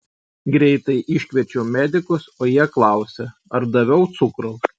greitai iškviečiau medikus o jie klausia ar daviau cukraus